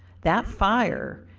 that fire,